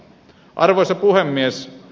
arvoisa puhemies